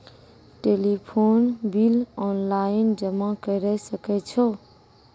Telephone bill online जमा करै सकै छौ?